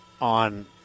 on